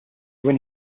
when